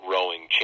Rowing